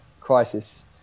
crisis